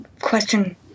question